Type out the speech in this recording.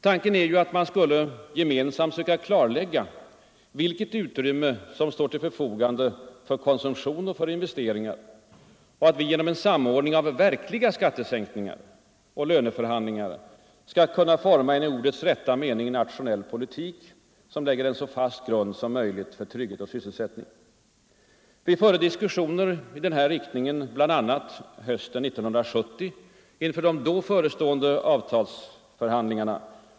Tanken är att man gemensamt skall söka klarlägga vilket utrymme som står till förfogande för konsumtion och investeringar och att vi genom en samordning av verkliga skattesänkningar och löneförhandlingar skall kunna forma en i ordets rätta mening nationell politik, som lägger en så fast grund som möjligt för trygghet och sysselsättning. Vi förde diskussioner i denna riktning bl.a. hösten 1970 inför de då förestående avtalsförhandlingarna.